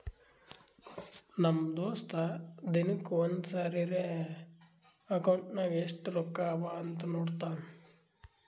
ನಮ್ ದೋಸ್ತ ದಿನಕ್ಕ ಒಂದ್ ಸರಿರೇ ಅಕೌಂಟ್ನಾಗ್ ಎಸ್ಟ್ ರೊಕ್ಕಾ ಅವಾ ಅಂತ್ ನೋಡ್ತಾನ್